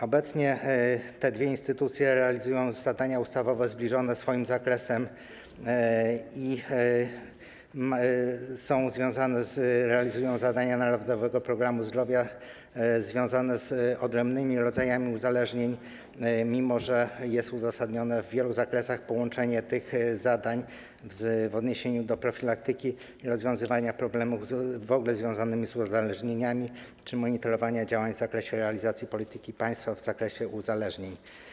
Obecnie te dwie instytucje realizują zadania ustawowe zbliżone w swoim zakresie i zadania Narodowego Programu Zdrowia związane z odrębnymi rodzajami uzależnień, mimo że jest uzasadnione w wielu zakresach połączenie tych zadań w odniesieniu do profilaktyki i rozwiązywania problemów w ogóle związanymi z uzależnieniami czy monitorowania realizacji polityki państwa w zakresie uzależnień.